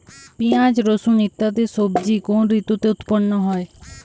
পিঁয়াজ রসুন ইত্যাদি সবজি কোন ঋতুতে উৎপন্ন হয়?